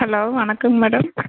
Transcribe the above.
hello வணக்கம் madam